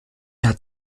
hat